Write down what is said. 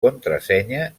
contrasenya